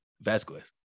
Vasquez